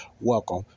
Welcome